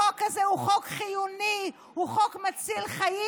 החוק הזה הוא חוק חיוני, הוא חוק מציל חיים.